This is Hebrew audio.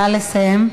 נא לסיים.